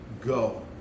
go